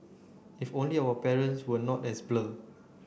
if only our parents were not as blur